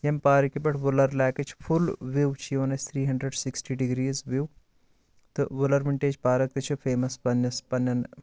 ییٚمہِ پارکہِ پٮ۪ٹھ وُلر لیکٕچ فُل وِو چھِ یِوان اَسہِ three hundred sixty degrees view تہٕ وُلر وِنٹیج پارک تہِ چھِ فیمس پننِس پننٮ۪ن